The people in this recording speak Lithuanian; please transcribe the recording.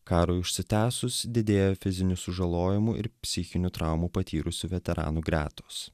karui užsitęsus didėja fizinių sužalojimų ir psichinių traumų patyrusių veteranų gretos